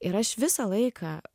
ir aš visą laiką